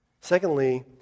Secondly